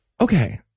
Okay